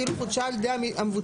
כאילו חודשה על ידי המבוטח,